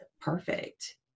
perfect